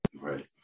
Right